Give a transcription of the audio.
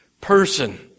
person